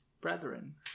Brethren